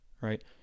right